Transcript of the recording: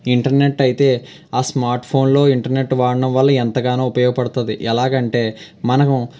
internet అయితే ఆ smart ఫోన్లో ఇంటర్నెట్ వాడడం వల్ల ఎంతగానో ఉపయోగపడుతుంది ఎలాగంటే మనము